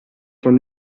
von